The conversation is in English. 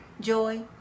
Joy